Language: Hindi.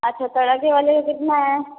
अच्छा सर अभी वाले का कितना है